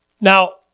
Now